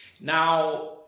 Now